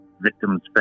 Victims